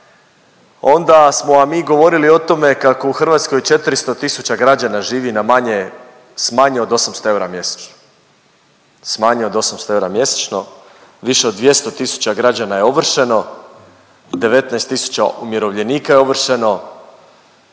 onda smo vam mi govorili o tome kako u Hrvatskoj 400 tisuća građana živi na manje s manje od 800 eura mjesečno, s manje od 800 eura mjesečno, više od 200 tisuća građana je ovršeno, 19 tisuća umirovljenika je ovršeno